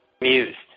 amused